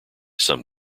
some